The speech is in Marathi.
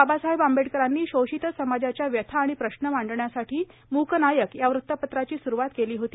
बाबासाहेब आंबेडकरांनी शोषित समाजाच्या व्यथा आणि प्रश्न मांडण्यासाठी मूकनायक या वृत्तपत्राची सुरूवात केली होती